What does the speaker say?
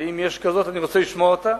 ואם יש כזאת אני רוצה לשמוע אותה,